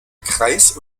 kreis